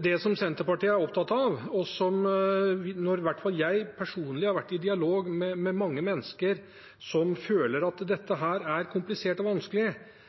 Det Senterpartiet er opptatt av – og jeg har personlig vært i dialog med mange mennesker som føler at dette er komplisert og vanskelig